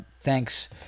thanks